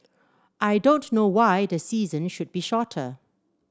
I don't know why the season should be shorter